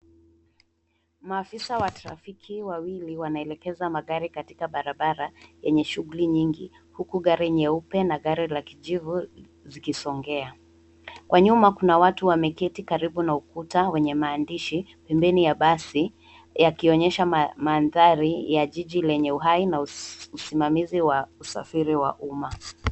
Maafisa wa trafiki wawili wanaelekeza magari katika barabara, yenye shughuli nyingi, huku gari nyeupe na gari la kijivu zikisongea. Kwa nyuma kuna watu wameketi karibu na ukuta, wenye maandishi pembeni ya basi, yakionyesha mandhari ya jiji lenye uhai na usimamizi wa usafiri wa umma.